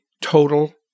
total